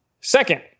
Second